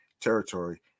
territory